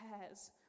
pairs